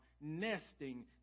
nesting